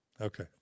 Okay